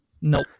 Nope